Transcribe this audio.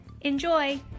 Enjoy